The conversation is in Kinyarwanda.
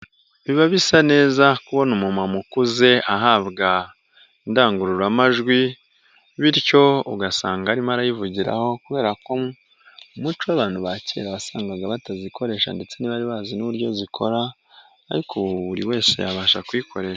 Biba bisa neza, kubona umumama ukuze ahabwa indangururamajwi bityo ugasanga arimo arayivugiraho kubera ko umuco abantu ba kera wasangaga batazikoresha ndetse ntibari bazi n'uburyo zikora ariko ubu buri wese yabasha kuyikoresha.